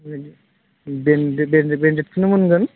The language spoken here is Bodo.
ब्रेन्डडेडखोनो मोनगोन